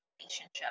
relationship